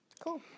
Cool